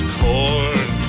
corn